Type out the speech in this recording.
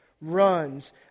runs